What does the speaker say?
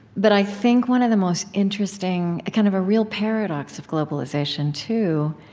but i think one of the most interesting a kind of real paradox of globalization too,